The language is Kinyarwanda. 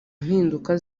mpinduka